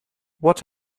what